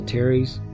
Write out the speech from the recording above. Terry's